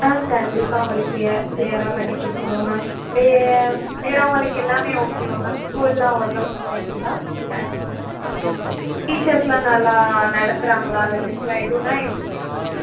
ஆ கண்டிப்பாக உங்களுக்கு க்ளிய க்ளியராக பண்ணி கொடுத்துருவோம் மேம் வே வேறு உங்களுக்கு எல்லாமே ஓகேவா மேம் ஸ்கூலெல்லாம் ஓரளவுக்கு செட் ஆகிக்கிச்சா க்ளாஸஸெலாம் டீச்சர்ஸெலாம் நல்லா நடத்துகிறாங்களா லெசன்ஸெலாம் எதுவுன்னால்